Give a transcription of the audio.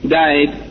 died